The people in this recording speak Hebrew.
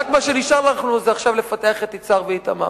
ומה שנשאר לנו עכשיו זה רק לפתח את יצהר ואיתמר.